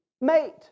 mate